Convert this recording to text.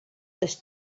this